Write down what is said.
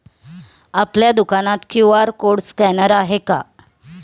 आपल्या दुकानात QR code scanner आहे का?